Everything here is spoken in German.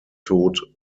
tod